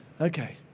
Okay